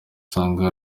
usanga